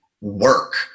work